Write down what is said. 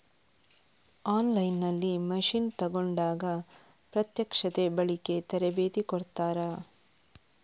On line ನಲ್ಲಿ machine ತೆಕೋಂಡಾಗ ಪ್ರತ್ಯಕ್ಷತೆ, ಬಳಿಕೆ, ತರಬೇತಿ ಕೊಡ್ತಾರ?